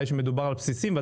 בסיסים,